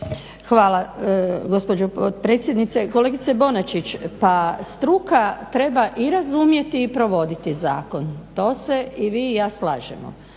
Hvala gospođo potpredsjednice. Kolegice Bonačić, pa struka treba i razumjeti i provoditi zakon, to se i vi i ja slažemo.